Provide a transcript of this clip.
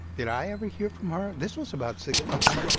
did i ever hear from her? this was about six months